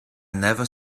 never